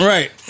Right